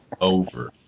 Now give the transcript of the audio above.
Over